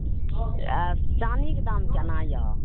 आओर चानीक दाम केना यऽ